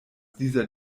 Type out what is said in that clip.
dieser